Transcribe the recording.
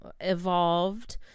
evolved